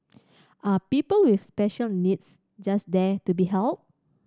are people with special needs just there to be helped